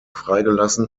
freigelassen